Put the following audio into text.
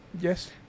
Yes